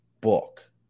book